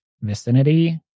vicinity